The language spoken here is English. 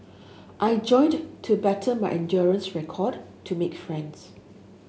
I joined to better my endurance record to make friends